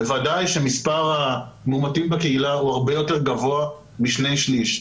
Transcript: בוודאי שמספר המאומתים בקהילה הוא הרבה יותר גבוה משני שליש.